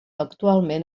actualment